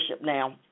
now